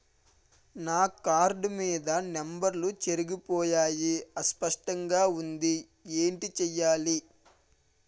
నా కార్డ్ మీద నంబర్లు చెరిగిపోయాయి అస్పష్టంగా వుంది ఏంటి చేయాలి?